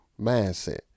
mindset